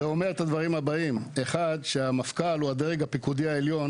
זה אומר את הדברים הבאים: 1. המפכ"ל הוא הדרג הפיקודי העליון